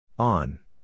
On